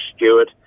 Stewart